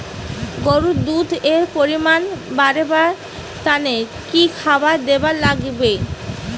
গরুর দুধ এর পরিমাণ বারেবার তানে কি খাবার দিবার লাগবে?